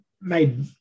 made